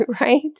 right